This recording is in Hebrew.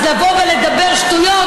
אז לבוא ולדבר שטויות?